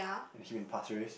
and him in pasir-ris